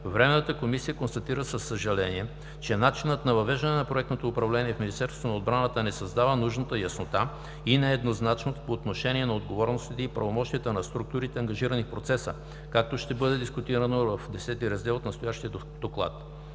Временната комисия констатира със съжаление, че начинът на въвеждане на проектното управление в Министерството на отбраната не създава нужната яснота и нееднозначност по отношение на отговорностите и правомощията на структурите, ангажирани в процеса, както ще бъде дискутирано в Раздел IX от настоящия доклад.